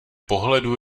pohledu